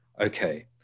Okay